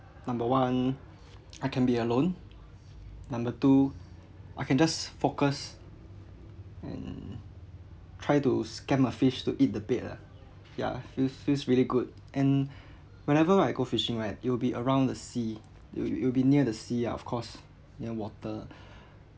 number one I can be alone number two I can just focus and try to scam a fish to eat the bait lah ya I feel feels really good and whenever I go fishing right it will be around the sea it'll it will be near the sea ah of course near water